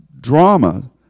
drama